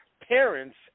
parents